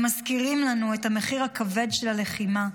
הם מזכירים לנו את המחיר הכבד של הלחימה,